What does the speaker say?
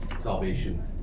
salvation